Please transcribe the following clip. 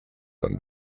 own